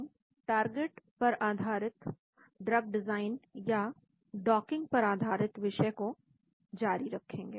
हम टारगेट पर आधारित ड्रग डिजाइन या डॉकिंग पर आधारित विषय को जारी रखेंगे